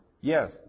Yes